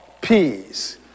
peace